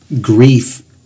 grief